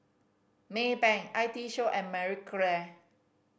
Maybank I T Show and Marie Claire